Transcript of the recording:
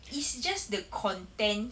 it's just the content